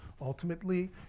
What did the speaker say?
Ultimately